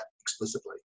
explicitly